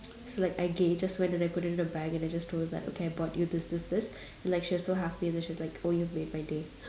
so like I gave just went and put it in a bag and I just told her that I okay bought you this this this and she was like so happy and she was like oh you've made my day